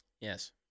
Yes